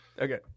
Okay